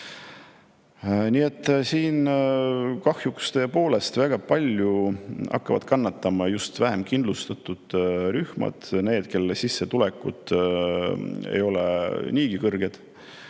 Nii et kahjuks tõepoolest väga palju hakkavad kannatama just vähem kindlustatud rühmad, need, kelle sissetulekud ei ole niigi suured.